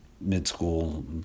mid-school